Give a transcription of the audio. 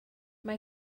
mae